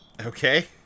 Okay